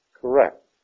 correct